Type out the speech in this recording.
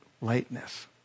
lightness